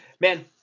man